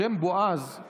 השם בועז הוא